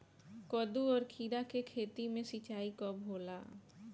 कदु और किरा के खेती में सिंचाई कब होला?